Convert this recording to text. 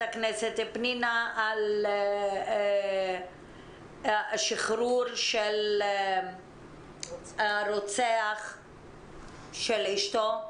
הכנסת פנינה תמנו על השחרור של הרוצח של אשתו,